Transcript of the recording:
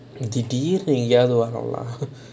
திடீருனு எங்கேயாச்சு வரும்:thideerunu engayachu varum lah